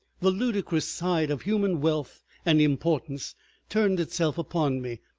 the ludicrous side of human wealth and importance turned itself upon me,